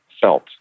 felt